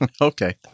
Okay